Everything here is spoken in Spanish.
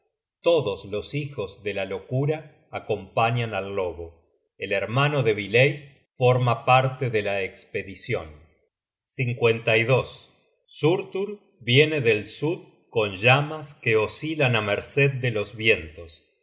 todos los hijos de la locura acompañan al lobo el hermano de bileist forma parte de la espedicion surtur viene del sud con llamas que os cilan á merced de los vientos